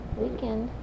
weekend